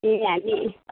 ए हामी